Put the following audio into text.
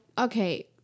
okay